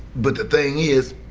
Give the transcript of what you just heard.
but the thing is,